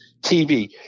TV